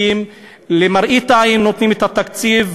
כי למראית עין נותנים את התקציב,